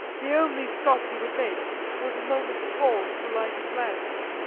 the only stop he would make was a moment's pause to light his lamps.